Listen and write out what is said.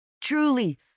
truly